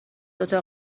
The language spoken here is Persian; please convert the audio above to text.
اتاق